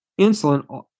insulin